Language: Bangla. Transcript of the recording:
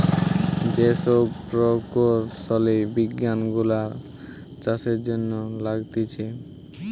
যে সব প্রকৌশলী বিজ্ঞান গুলা চাষের জন্য লাগতিছে